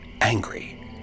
angry